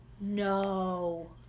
No